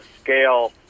scale